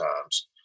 times